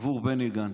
עבור בני גנץ,